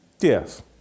Yes